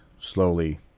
slowly